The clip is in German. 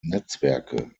netzwerke